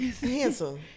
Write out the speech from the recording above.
Handsome